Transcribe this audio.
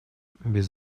без